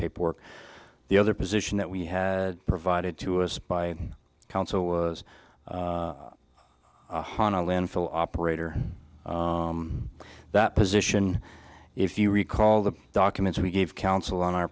paperwork the other position that we had provided to us by counsel was han a landfill operator that position if you recall the documents we gave counsel on our